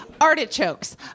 Artichokes